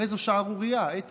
הרי זו שערורייה, איתן.